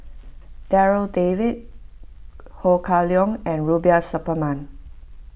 Darryl David Ho Kah Leong and Rubiah Suparman